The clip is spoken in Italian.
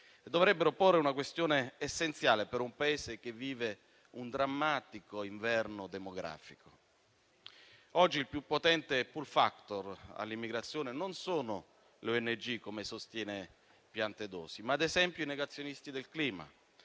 dovrebbero porre una questione essenziale per un Paese che vive un drammatico inverno demografico. Oggi il più potente *pull factor* all'immigrazione non sono le ONG, come sostiene il ministro Piantedosi, ma ad esempio i negazionisti del clima.